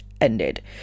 ended